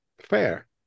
fair